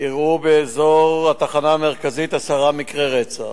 אירעו באזור התחנה המרכזית עשרה מקרי רצח,